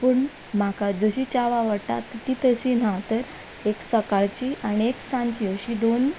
पूण म्हाका जशी च्या आवडटा ती तशी ना तर एक सकाळची आनी एक सांची अशी दोन